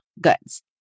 goods